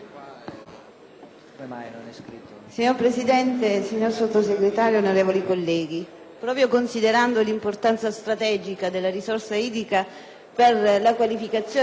Signor Presidente, signor Sottosegretario, onorevoli colleghi, proprio considerando l'importanza strategica della risorsa idrica per la qualificazione del settore agricolo